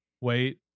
wait